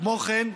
כמו כן,